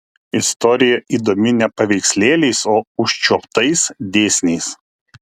istorija įdomi ne paveikslėliais o užčiuoptais dėsniais